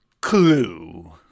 clue